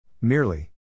Merely